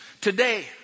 today